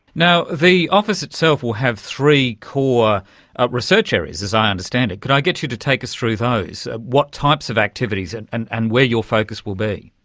the office itself will have three core ah research areas, as i understand it. could i get you to take us through those? what types of activities and and and where your focus will be?